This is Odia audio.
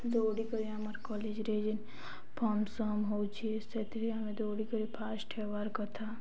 ଦୌଡ଼ି କରି ଆମର୍ କଲେଜ୍ରେ ଯେନ୍ ଫଙ୍କ୍ସନ୍ ହଉଛେ ସେଥିରେ ଆମେ ଦୌଡ଼ି କରି ଫାଷ୍ଟ୍ ହେବାର୍ କଥା